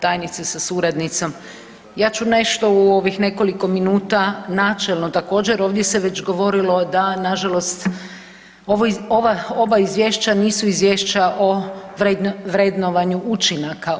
tajnice sa suradnicom, ja ću nešto u ovih nekoliko minuta načelno također ovdje se već govorilo da nažalost ova izvješća nisu izvješća o vrednovanju učinaka.